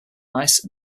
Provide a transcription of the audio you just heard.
mice